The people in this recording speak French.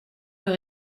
plus